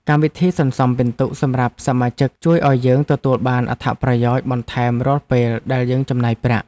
កម្មវិធីសន្សំពិន្ទុសម្រាប់សមាជិកជួយឱ្យយើងទទួលបានអត្ថប្រយោជន៍បន្ថែមរាល់ពេលដែលយើងចំណាយប្រាក់។